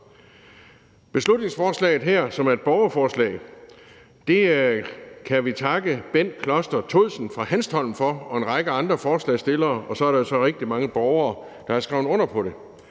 Beslutningsforslaget her, som er et borgerforslag, kan vi takke Bent Kloster Thodsen fra Hanstholm for samt en række andre forslagsstillere, og så er der jo så rigtig mange borgere, der har skrevet under på det.